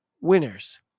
winners